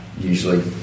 usually